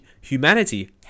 humanity